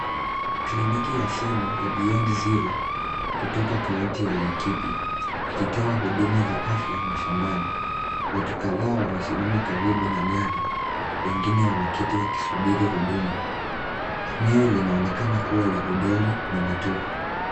Kliniki ya simu ya Beyond Zero kutoka kaunti ya Laikipia ikitoa huduma za afya mashambani. Watu kadhaa wamesimama karibu na gari, wengine wameketi wakisubiri huduma. Eneo linaonekana kuwa na udongo na matope.